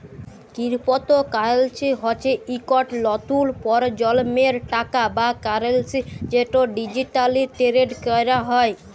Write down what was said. crypto currency হচ্যে ইকট লতুল পরজলমের টাকা বা কারেলসি যেট ডিজিটালি টেরেড ক্যরা হয়